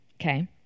Okay